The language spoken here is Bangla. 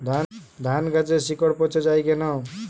ধানগাছের শিকড় পচে য়ায় কেন?